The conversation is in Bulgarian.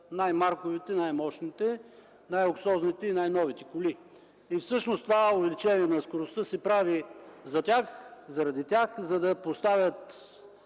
най-марковите, най-мощните, най-луксозните и най-новите коли. Това увеличение на скоростта се прави заради тях, за да постави